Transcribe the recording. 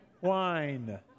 wine